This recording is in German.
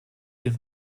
den